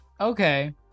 Okay